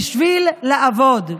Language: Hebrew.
בשביל לעבוד.